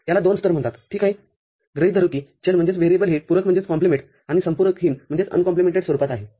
याला दोन स्तर म्हणतात ठीक आहेगृहित धरू की चल हे पूरक आणि संपूरकहीन स्वरूपात आहे